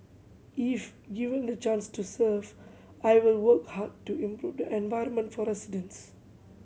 if given the chance to serve I will work hard to improve the environment for residents